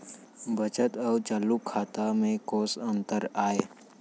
बचत अऊ चालू खाता में कोस अंतर आय?